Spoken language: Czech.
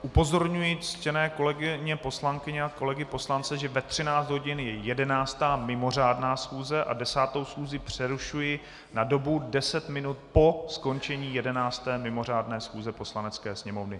Upozorňuji ctěné kolegyně poslankyně a kolegy poslance, že ve 13 hodin je 11. mimořádná schůze a 10. schůzi přerušuji na dobu deset minut po skončení 11. mimořádné schůze Poslanecké sněmovny.